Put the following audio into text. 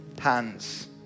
hands